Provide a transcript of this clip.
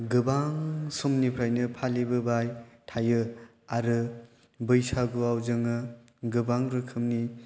गोबां समनिफ्रायनो फालिबोबाय थायो आरो बैसागुआव जोङो गोबां रोखोमनि